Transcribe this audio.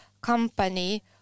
company